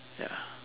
ya